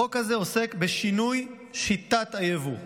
החוק הזה עוסק בשינוי שיטת היבוא.